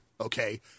okay